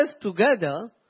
together